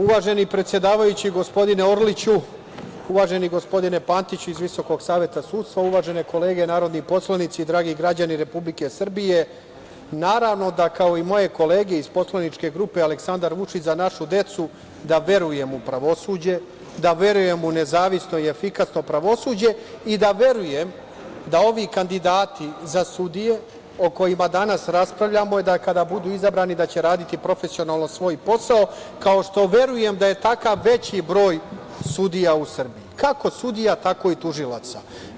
Uvaženi predsedavajući, gospodine Orliću, uvaženi gospodine Pantiću iz VSS, uvažene kolege narodni poslanici, dragi građani Republike Srbije, naravno da kao i moje kolege iz poslaničke grupe Aleksandar Vučić – Za našu decu, da verujem u pravosuđe, da verujem u nezavisno i efikasno pravosuđe i da verujem da ovi kandidati za sudije o kojima danas raspravljamo, da kada budu izabrani da će raditi profesionalno svoj posao, kao što verujem da je takav veći broj sudija u Srbiji, kako sudija, tako i tužilaca.